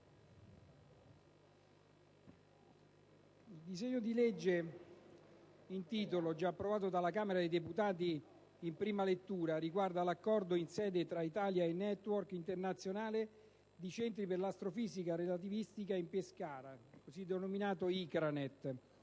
il disegno di legge in titolo, già approvato dalla Camera dei deputati in prima lettura, riguarda l'Accordo di sede tra l'Italia e il *Network* internazionale di centri per l'astrofìsica relativistica in Pescara, denominato ICRANET.